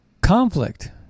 conflict